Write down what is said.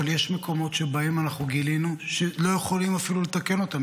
אבל יש מקומות שבהם אנחנו גילינו שלא יכולים אפילו לתקן אותם.